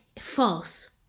False